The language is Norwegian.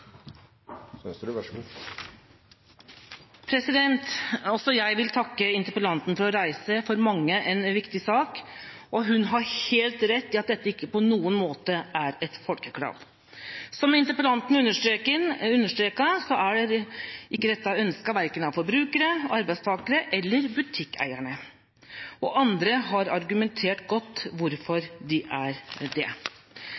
Også jeg vil takke interpellanten for å reise en for mange viktig sak, og hun har helt rett i at dette ikke på noen måte er et folkekrav. Som interpellanten understreket, er ikke dette ønsket, verken av forbrukere, arbeidstakere eller butikkeiere. Andre har argumentert godt